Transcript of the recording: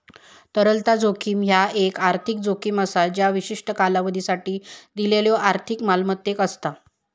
तरलता जोखीम ह्या एक आर्थिक जोखीम असा ज्या विशिष्ट कालावधीसाठी दिलेल्यो आर्थिक मालमत्तेक असता